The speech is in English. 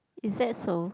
is that so